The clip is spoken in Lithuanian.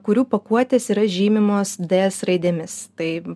kurių pakuotės yra žymimos ds raidėmis tai